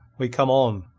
we come on.